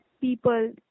people